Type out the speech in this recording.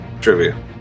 trivia